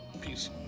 Peace